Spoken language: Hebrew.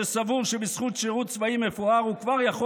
שסבור שבזכות שירות צבאי מפואר הוא כבר יכול